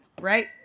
right